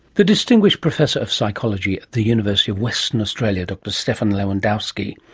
the distinguished professor of psychology at the university of western australia, dr stephan lewandowsky.